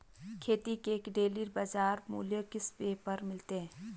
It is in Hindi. खेती के डेली बाज़ार मूल्य किस ऐप पर मिलते हैं?